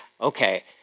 okay